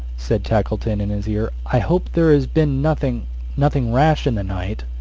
said tackleton in his ear, i hope there has been nothing nothing rash in the night?